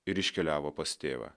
ir iškeliavo pas tėvą